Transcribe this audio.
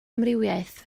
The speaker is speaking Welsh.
amrywiaeth